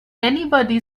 anybody